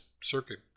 circuit